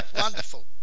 Wonderful